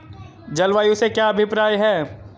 जलवायु से क्या अभिप्राय है?